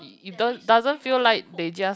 does doesn't feel like they just